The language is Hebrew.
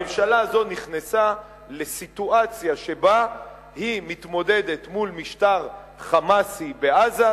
הממשלה הזו נכנסה לסיטואציה שבה היא מתמודדת מול משטר "חמאסי" בעזה,